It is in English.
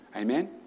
Amen